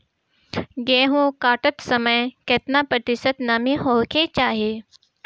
गेहूँ काटत समय केतना प्रतिशत नमी होखे के चाहीं?